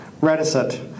reticent